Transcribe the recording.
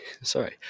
sorry